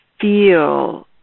feel